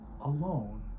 alone